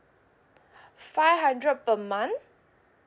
five hundred per month